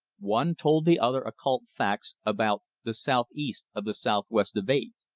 one told the other occult facts about the southeast of the southwest of eight.